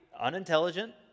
unintelligent